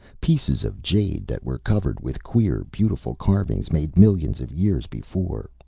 pieces of jade that were covered with queer, beautiful carvings made millions of years before,